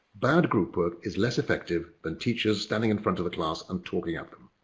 bad group work is less effective than teachers standing in front of a class and talking at them.